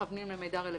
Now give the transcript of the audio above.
הרלוונטי.